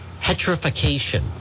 heterification